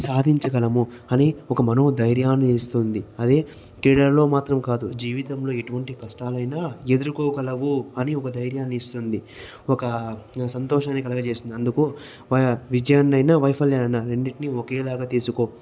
సాధించగలము అది ఒక మనోధైర్యాన్ని ఇస్తుంది అది క్రీడల్లో మాత్రం కాదు జీవితంలో ఎటువంటి కష్టాలైనా ఎదుర్కోగలవు అని ఒక ధైర్యాన్నిఇస్తుంది ఒక సంతోషాన్ని కలగజేస్తుంది అందుకు విజయాన్నైనా వైఫల్యాన్ని అయినా రెండిటిని ఒకేలాగా తీసుకో